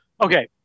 Okay